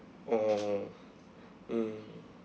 oh mm